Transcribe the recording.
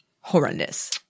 horrendous